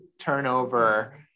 turnover